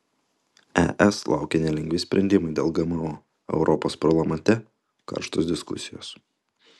es laukia nelengvi sprendimai dėl gmo o europos parlamente karštos diskusijos